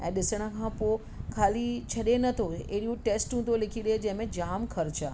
ऐं ॾिसण खां पोइ खाली छॾे नथो अहिड़ियूं टेस्टूं थो लिखी ॾिए जंहिं में जाम ख़र्चु आहे